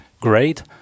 great